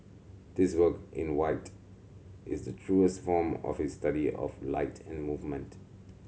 this work in white is the truest form of his study of light and movement